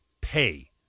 pay